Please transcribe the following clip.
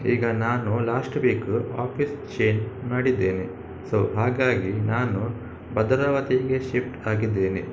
ಈಗ ನಾನು last week office change ಮಾಡಿದ್ದೇನೆ ಸೊ ಹಾಗಾಗಿ ನಾನು ಭದ್ರಾವತಿಗೆ ಶಿಫ್ಟ್ ಆಗಿದ್ದೇನೆ